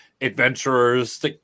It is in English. adventurers